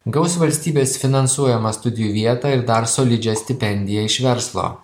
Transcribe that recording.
gaus valstybės finansuojamą studijų vietą ir dar solidžią stipendiją iš verslo